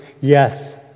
yes